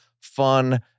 fun